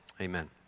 amen